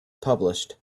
published